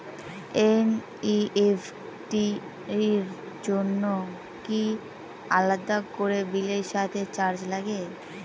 NEFT র জন্য কি আলাদা করে বিলের সাথে চার্জ লাগে?